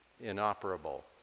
inoperable